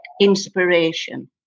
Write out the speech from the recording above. inspiration